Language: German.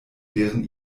deren